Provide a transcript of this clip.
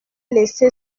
laissé